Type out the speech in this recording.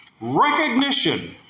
recognition